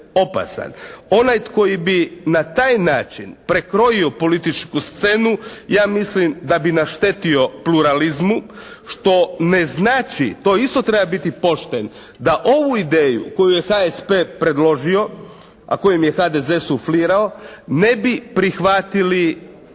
Onaj koji bi na taj način prekrojio političku scenu ja mislim da bi naštetio pluralizmu što ne znači, to isto treba biti pošten da ovu ideju koju je HSP predložio, a koju mi je HDZ suflirao ne bi prihvatili građani